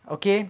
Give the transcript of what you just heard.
okay